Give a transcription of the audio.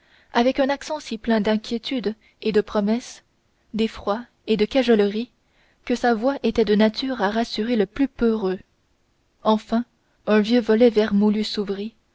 avec un accent si plein d'inquiétude et de promesses d'effroi et de cajolerie que sa voix était de nature à rassurer de plus peureux enfin un vieux volet vermoulu s'ouvrit